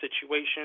situation